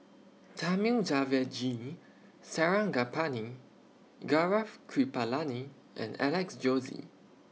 Thamizhavel G Sarangapani Gaurav Kripalani and Alex Josey